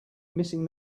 missing